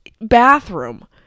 bathroom